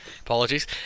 apologies